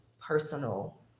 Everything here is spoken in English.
personal